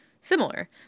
similar